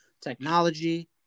technology